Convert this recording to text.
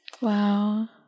Wow